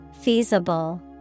Feasible